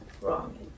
wrong